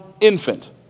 infant